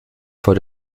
vor